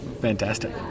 Fantastic